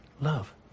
Love